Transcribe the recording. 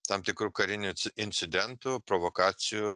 tam tikrų karinių incidentų provokacijų